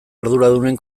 arduradunen